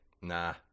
Nah